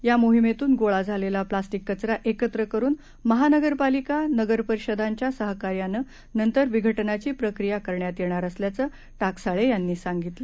या मोहिमेतून गोळा झालेला प्लास्टिक कचरा एकत्र करुन महानगरपालिका नगर परिषदांच्या सहकार्यानं नंतर विघटनाची प्रक्रिया करण्यात येणार असल्याचं टाकसाळे यांनी सांगितलं